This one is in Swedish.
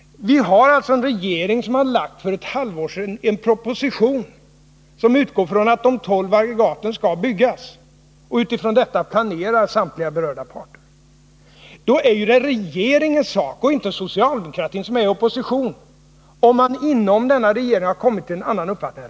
Vi har alltså en regering som för ett halvår sedan lagt fram en proposition som utgår från att de tolv aggregaten skall byggas. Utifrån detta besked planerar samtliga berörda parter. Då är det ju regeringens sak, och inte socialdemokratins som är i opposition, att redovisa för riksdagen om man inom regeringen har kommit fram till en annan uppfattning.